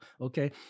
Okay